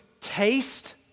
taste